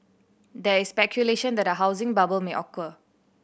there is speculation that a housing bubble may occur